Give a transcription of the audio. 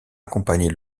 accompagner